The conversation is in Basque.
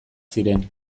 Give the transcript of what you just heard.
ziren